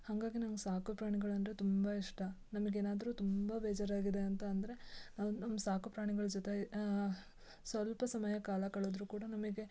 ಹಾಗಾಗಿ ನಂಗೆ ಸಾಕುಪ್ರಾಣಿಗಳಂದರೆ ತುಂಬ ಇಷ್ಟ ನಮ್ಗೆ ಏನಾದರೂ ತುಂಬ ಬೇಜರಾಗಿದೆ ಅಂತ ಅಂದರೆ ಅವು ನಮ್ಮ ಸಾಕುಪ್ರಾಣಿಗಳ ಜೊತೆ ಸ್ವಲ್ಪ ಸಮಯ ಕಾಲ ಕಳೆದ್ರೂ ಕೂಡ ನಮಗೆ